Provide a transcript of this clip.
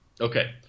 Okay